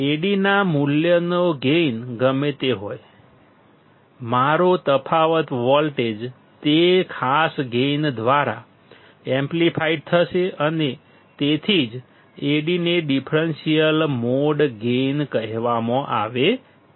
Ad ના મૂલ્યનો gain ગમે તે હોય મારો તફાવત વોલ્ટેજ તે ખાસ ગેઇન દ્વારા એમ્પ્લીફાઇડ થશે અને તેથી જ Ad ને ડિફરન્સીયલ મોડ ગેઇન કહેવામાં આવે છે